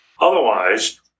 Otherwise